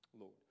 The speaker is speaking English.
Lord